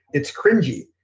it's cringy.